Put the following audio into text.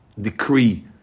decree